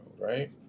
Right